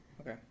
Okay